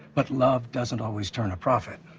but love doesn't always turn a profit.